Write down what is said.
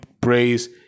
praise